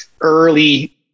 early